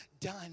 done